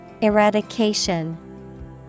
Eradication